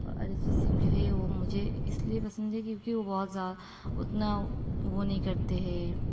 اریجیت سنگھ جو ہے وہ مجھے اس لیے پسند ہے کیوںکہ وہ بہت زا اتنا وہ نہیں کرتے ہیں